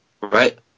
Right